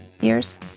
years